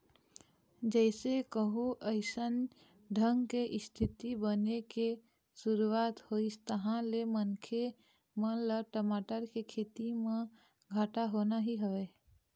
जइसे कहूँ अइसन ढंग के इस्थिति बने के शुरुवात होइस तहाँ ले मनखे मन ल टमाटर के खेती म घाटा होना ही हवय